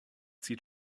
sieht